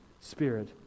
spirit